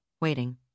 waiting